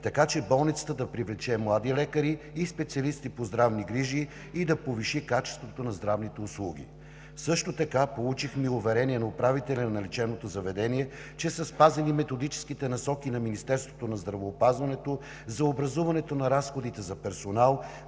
така че болницата да привлече млади лекари и специалисти по здравни грижи и да повиши качеството на здравните услуги. Също така получихме и уверение на управителя на лечебното заведение, че са спазени Методическите насоки на Министерството на здравеопазването за образуването на разходите за персонал